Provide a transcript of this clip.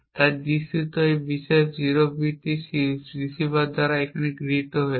তাই দৃশ্যত এই বিশেষ 0 বিটটি রিসিভার দ্বারা এখানে গৃহীত হয়েছে